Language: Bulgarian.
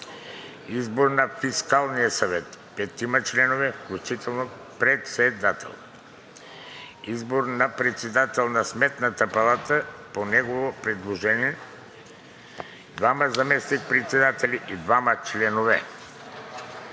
Избор на Фискалния съвет – петима членове, включително председател. Избор на председател на Сметната палата и по негово предложение – двама заместник-председатели и двама членове.